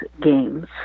Games